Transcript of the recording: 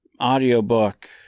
audiobook